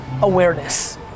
awareness